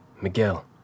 Miguel